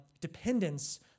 dependence